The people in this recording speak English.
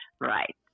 Right